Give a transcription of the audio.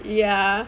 ya